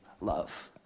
love